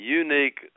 unique